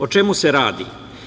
O čemu se radi?